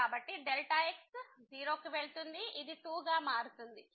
కాబట్టి x→ 0 ఇది 2 గా వస్తుంది